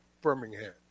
Birmingham